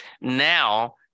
now